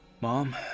Mom